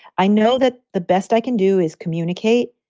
i know that the best i can do is communicate,